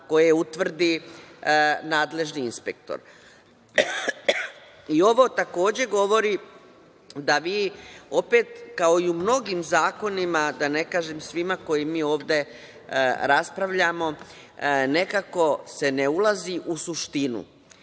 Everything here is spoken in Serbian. koje utvrdi nadležni inspektor. Ovo takođe govori da vi opet, kao i u mnogim zakonima, da ne kažem svima koji mi ovde raspravljamo, nekako se ne ulazi u suštinu.